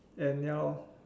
and ya lor